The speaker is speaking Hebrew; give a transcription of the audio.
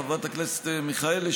חברת הכנסת מיכאלי,